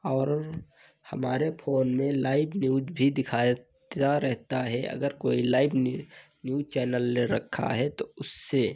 और हमारे फ़ोन में लाइव न्यूज़ भी दिखाता रहता है अगर कोई लाइव न्यू न्यूज़ चैनल ले रखा है तो उससे